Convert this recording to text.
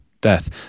death